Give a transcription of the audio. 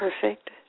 perfect